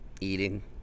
Eating